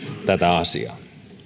tätä asiaa